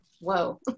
whoa